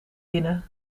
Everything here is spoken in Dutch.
binnen